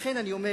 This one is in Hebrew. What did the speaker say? לכן אני אומר